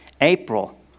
April